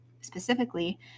specifically